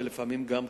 ולפעמים גם,